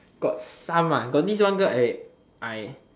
got some got this one girl I I